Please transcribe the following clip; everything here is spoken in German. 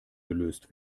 gelöst